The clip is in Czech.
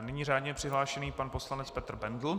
Nyní řádně přihlášený pan poslanec Petr Bendl.